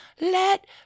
let